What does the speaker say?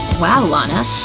wow, lana,